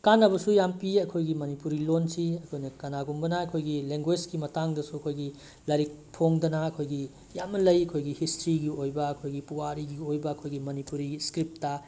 ꯀꯥꯟꯅꯕꯁꯨ ꯌꯥꯝ ꯄꯤ ꯑꯩꯈꯣꯏꯒꯤ ꯃꯅꯤꯄꯨꯔꯤ ꯂꯣꯜꯁꯤ ꯑꯩꯈꯣꯏꯅ ꯀꯅꯥꯒꯨꯝꯕꯅ ꯑꯩꯈꯣꯏꯒꯤ ꯂꯦꯡꯒꯣꯏꯖꯀꯤ ꯃꯇꯥꯡꯗꯁꯨ ꯑꯩꯈꯣꯏꯒꯤ ꯂꯥꯏꯔꯤꯛ ꯐꯣꯡꯗꯅ ꯑꯩꯈꯣꯏꯒꯤ ꯌꯥꯝꯅ ꯂꯩ ꯑꯩꯈꯣꯏꯒꯤ ꯍꯤꯁꯇ꯭ꯔꯤꯒꯤ ꯑꯣꯏꯕ ꯑꯩꯈꯣꯏꯒꯤ ꯄꯨꯋꯥꯔꯤꯒꯤ ꯑꯣꯏꯕ ꯑꯩꯈꯣꯏꯒꯤ ꯃꯅꯤꯄꯨꯔꯤꯒꯤ ꯏꯁꯀ꯭ꯔꯤꯞꯇ